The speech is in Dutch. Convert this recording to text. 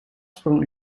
sprong